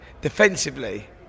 defensively